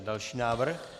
Další návrh.